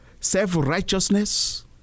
Self-righteousness